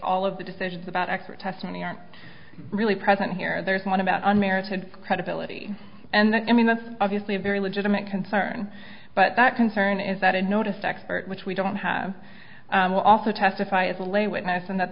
all of the decisions about expert testimony aren't really present here there's one about unmerited credibility and i mean that's obviously a very legitimate concern but that concern is that a notice expert which we don't have also testify as a lay witness and